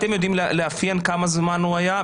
אתם יודעים לאפיין כמה זמן הוא היה,